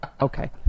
okay